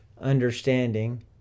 understanding